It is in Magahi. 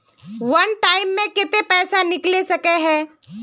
वन टाइम मैं केते पैसा निकले सके है?